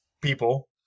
people